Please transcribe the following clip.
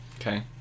Okay